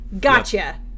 gotcha